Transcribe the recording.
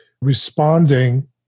responding